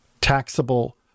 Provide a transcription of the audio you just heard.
taxable